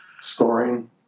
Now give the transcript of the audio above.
Scoring